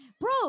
Bro